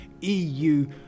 EU